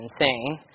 insane